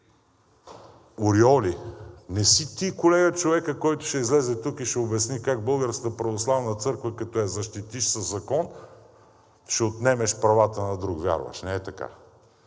ореоли! Не си ти, колега, човекът, който ще излезе тук и ще обясни как Българската православна църква, като я защитиш със закон, ще отнемеш правата на друг вярващ. Не е така!